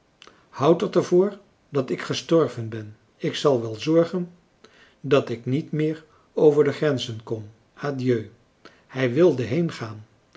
het er voor dat ik gestorven ben ik zal wel zorgen dat ik niet meer over de grenzen kom adieu hij wilde heengaan